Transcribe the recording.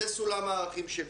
זה סולם הערכים שלי.